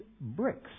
bricks